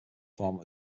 format